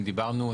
אם דיברנו,